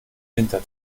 winter